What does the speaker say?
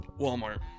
Walmart